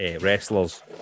wrestlers